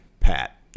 Pat